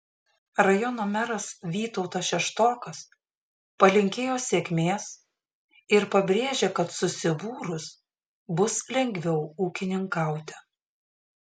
rajono meras vytautas šeštokas palinkėjo sėkmės ir pabrėžė kad susibūrus bus lengviau ūkininkauti